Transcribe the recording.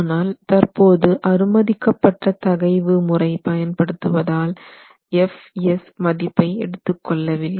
ஆனால் தற்போது அனுமதிக்கப்பட்ட தகைவு முறை பயன் படுத்துவதால் Fs மதிப்பை எடுத்துக்கொள்ளவில்லை